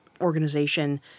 organization